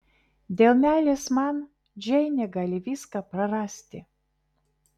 dėl meilės man džeinė gali viską prarasti